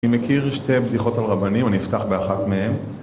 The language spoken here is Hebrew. אני מכיר שתי בדיחות על רבנים, אני אפתח באחת מהן.